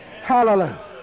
Hallelujah